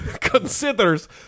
considers